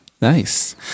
Nice